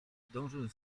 zdążył